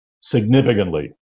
significantly